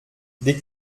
des